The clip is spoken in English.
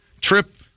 Trip